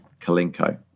Kalinko